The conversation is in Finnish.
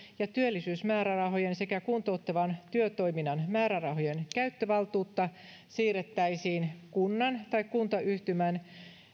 ja työllisyysmäärärahojen sekä kuntouttavan työtoiminnan määrärahojen käyttövaltuutta siirrettäisiin kunnan tai kuntayhtymän